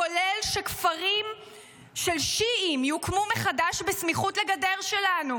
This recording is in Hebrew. כולל שכפרים של שיעים יוקמו מחדש בסמיכות לגדר שלנו,